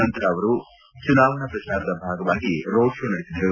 ನಂತರ ಅವರು ಚುನಾವಣಾ ಪ್ರಜಾರದ ಭಾಗವಾಗಿ ರೋಡ್ ಶೋ ನಡೆಸಿದರು